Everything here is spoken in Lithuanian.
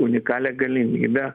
unikalią galimybę